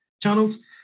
channels